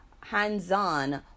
hands-on